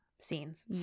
scenes